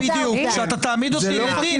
כשאתה תעמיד אותי לדין,